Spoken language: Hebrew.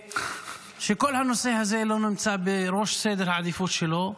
ושכל הנושא הזה לא נמצא בראש סדר העדיפות שלו,